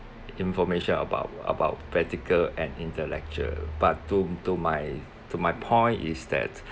information about about practical and intellectual but to to my to my point is that